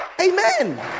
Amen